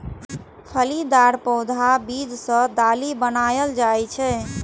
फलीदार पौधाक बीज सं दालि बनाएल जाइ छै